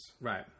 Right